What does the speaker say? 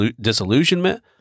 disillusionment